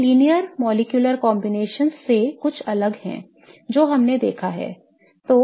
यह रैखिक आणविक संयोजनों से कुछ अलग है जो हमने देखा है